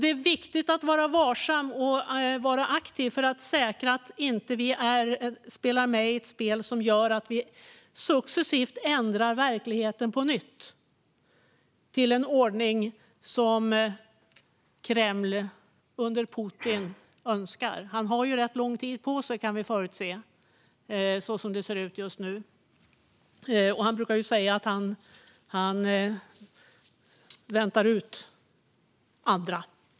Det är viktigt att vi är varsamma och aktiva för att säkra att vi inte spelar med i ett spel där vi successivt ändrar verkligheten på nytt till en ordning som Kreml under Putin önskar. Som det ser ut just nu kan vi förutse att han har rätt lång tid på sig. Han brukar ju säga att han väntar ut andra.